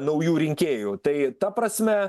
naujų rinkėjų tai ta prasme